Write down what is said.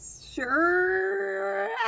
sure